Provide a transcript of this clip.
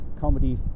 comedy